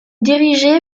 dirigé